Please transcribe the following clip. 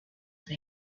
they